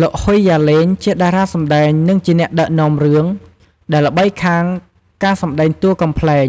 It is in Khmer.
លោក ហុយ យ៉ាឡេងជាតារាសម្តែង និងជាអ្នកដឹកនាំរឿង ដែលល្បីខាងការសម្ដែងតួកំប្លែង